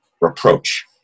reproach